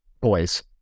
boys